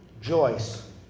Joyce